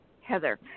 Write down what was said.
Heather